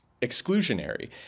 exclusionary